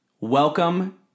welcome